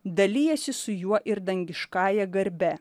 dalijasi su juo ir dangiškąja garbe